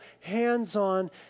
hands-on